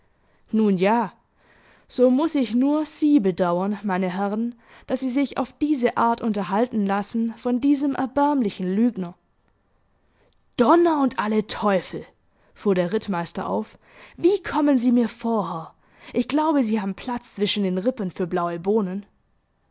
nun ja so muß ich nur sie bedauern meine herren daß sie sich auf diese art unterhalten lassen von diesem erbärmlichen lügner donner und alle teufel fuhr der rittmeister auf wie kommen sie mir vor herr ich glaube sie haben platz zwischen den rippen für blaue bohnen